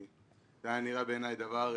זה היה נראה לי משעמם.